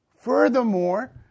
Furthermore